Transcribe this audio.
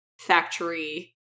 factory